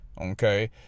okay